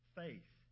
faith